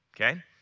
okay